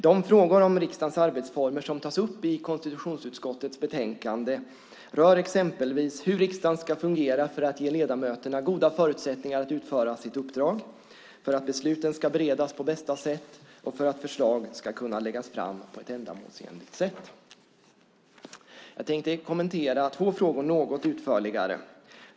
De frågor om riksdagens arbetsformer som tas upp i konstitutionsutskottets betänkande rör exempelvis hur riksdagen ska fungera för att ge ledamöterna goda förutsättningar att utföra sitt uppdrag, för att besluten ska beredas på bästa sätt och för att förslag ska kunna läggas fram på ett ändamålsenligt sätt. Jag tänkte kommentera två frågor något utförligare.